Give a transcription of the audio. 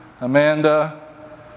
Amanda